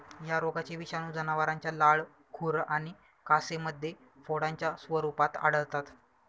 या रोगाचे विषाणू जनावरांच्या लाळ, खुर आणि कासेमध्ये फोडांच्या स्वरूपात आढळतात